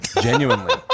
genuinely